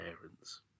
parents